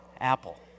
Apple